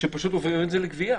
שפשוט מעבירים את זה לגבייה.